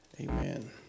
amen